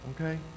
okay